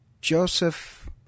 Joseph